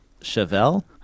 Chevelle